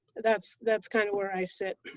that's that's kind of where i sit.